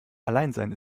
alleinsein